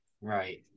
Right